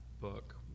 book